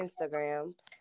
instagram